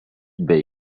bei